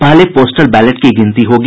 पहले postal ballot की गिनती होगी